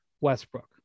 Westbrook